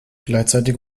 gleichzeitig